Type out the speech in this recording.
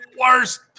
worst